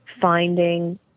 finding